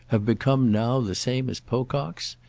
have become now the same as pocock's?